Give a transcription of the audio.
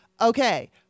Okay